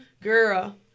Girl